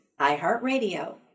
iHeartRadio